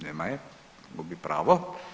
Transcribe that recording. Nema je, gubi pravo.